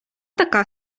така